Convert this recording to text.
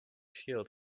heels